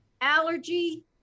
allergy